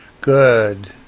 good